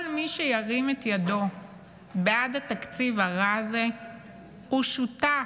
כל מי שירים את ידו בעד התקציב הרע הזה הוא שותף,